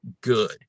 good